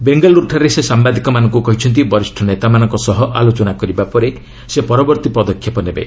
ବେଙ୍ଗାଲୁରୁଠାରେ ସେ ସାମ୍ଭାଦିକମାନଙ୍କୁ କହିଛନ୍ତି ବରିଷ୍ଣ ନେତାମାନଙ୍କ ସହ ଆଲୋଚନା କରିବା ପରେ ସେ ପରବର୍ତ୍ତୀ ପଦକ୍ଷେପ ନେବେ